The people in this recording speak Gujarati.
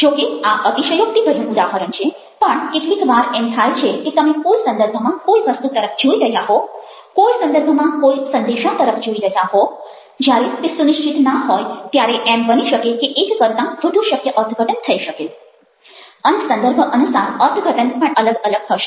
જોકે આ અતિશયોક્તિભર્યું ઉદાહરણ છે પણ કેટલીક વાર એમ થાય છે કે તમે કોઈ સંદર્ભમાં કોઈ વસ્તુ તરફ જોઈ રહ્યા હો કોઈ સંદર્ભમાં કોઈ સંદેશા તરફ જોઈ રહ્યા હો જ્યારે તે સુનિશ્ચિત ના હોય ત્યારે એમ બની શકે કે એક કરતાં વધુ શક્ય અર્થઘટન થઈ શકે અને સંદર્ભ અનુસાર અર્થઘટન પણ અલગ અલગ હશે